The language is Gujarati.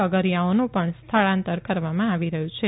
અગરીથાઓનું પણ સ્થળાંતર કરવામાં આવી રહયું છે